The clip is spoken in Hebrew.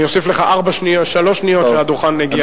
אני אוסיף לך שלוש שניות שהדוכן יגיע אליך.